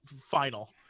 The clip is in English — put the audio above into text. final